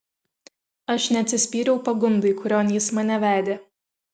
aš neatsispyriau pagundai kurion jis mane vedė